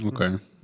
Okay